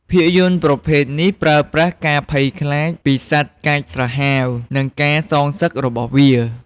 ភាពយន្តប្រភេទនេះប្រើប្រាស់ការភ័យខ្លាចពីសត្វកាចសាហាវ និងការសងសឹករបស់វា។